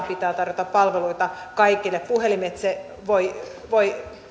pitää tarjota palveluita kaikille puhelimitse voi voi